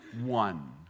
one